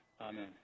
Amen